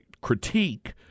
critique